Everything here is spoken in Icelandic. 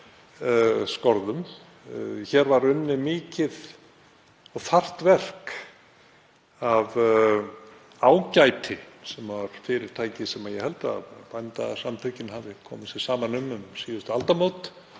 Hér var unnið mikið og þarft verk af Ágæti, sem var fyrirtæki sem ég held að Bændasamtökin hafi komið sér saman um um síðustu aldamót.